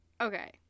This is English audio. Okay